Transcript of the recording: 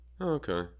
okay